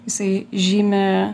jisai žymi